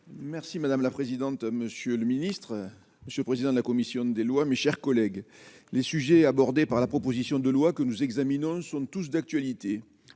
Merci madame la présidente, monsieur le ministre, monsieur le président de la commission des lois, mes chers collègues, les sujets abordés par la proposition de loi que nous examinons sont tous d'actualité,